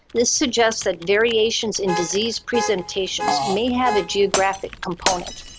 this suggests that variations in disease presentations may have a geographic component,